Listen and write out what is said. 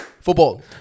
Football